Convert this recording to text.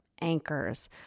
anchors